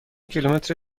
کیلومتر